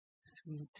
sweet